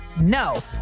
No